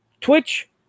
Twitch